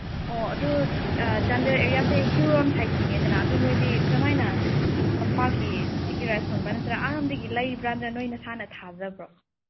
ꯑꯣ ꯑꯗꯨ ꯆꯥꯟꯗꯦꯜ ꯑꯦꯔꯤꯌꯥꯁꯤ ꯍꯤꯜꯂꯣꯝ ꯁꯥꯏꯠ ꯆꯤꯡꯉꯦꯗꯅ ꯑꯗꯨ ꯅꯣꯏꯗꯤ ꯀꯃꯥꯏꯅ ꯇꯝꯄꯥꯛꯀꯤ ꯏꯁꯇꯤꯀꯤ ꯔꯥꯏꯁ ꯐꯪꯕ꯭ꯔꯥ ꯅꯠꯇ꯭ꯔꯒ ꯑꯥꯂꯣꯝꯗꯒꯤ ꯂꯩꯕ꯭ꯔꯥ ꯅꯠꯇ꯭ꯔ ꯅꯣꯏ ꯅꯁꯥꯅ ꯊꯥꯖꯕ꯭ꯔꯣ